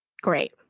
great